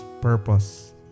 purpose